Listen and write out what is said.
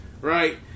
right